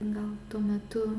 gal tuo metu